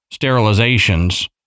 sterilizations